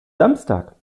samstag